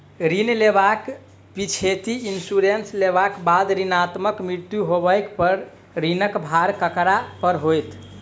ऋण लेबाक पिछैती इन्सुरेंस लेबाक बाद ऋणकर्ताक मृत्यु होबय पर ऋणक भार ककरा पर होइत?